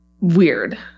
Weird